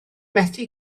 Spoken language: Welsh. methu